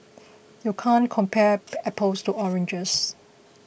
you can't compare apples to oranges